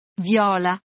viola